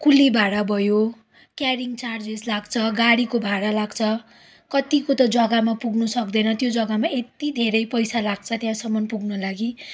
कुली भाडा भयो carrying charges लाग्छ गाडीको भाडा लाग्छ कतिको त जग्गामा पुग्नुसक्दैन त्यो जग्गामा यत्ति धेरै पैसा लाग्छ त्यहाँसम्म पुग्न लागि